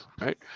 right